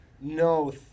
No